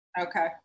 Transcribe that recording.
okay